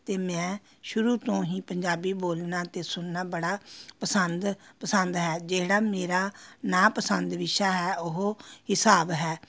ਅਤੇ ਮੈਂ ਸ਼ੁਰੂ ਤੋਂ ਹੀ ਪੰਜਾਬੀ ਬੋਲਣਾ ਅਤੇ ਸੁਣਨਾ ਬੜਾ ਪਸੰਦ ਪਸੰਦ ਹੈ ਜਿਹੜਾ ਮੇਰਾ ਨਾਪਸੰਦ ਵਿਸ਼ਾ ਹੈ ਉਹ ਹਿਸਾਬ ਹੈ